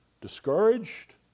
discouraged